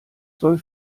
soll